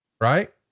right